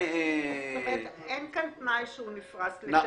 זאת אומרת, אין כאן תנאי שהוא נפרס לתשלומים.